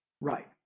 Right